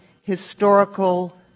historical